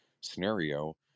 scenario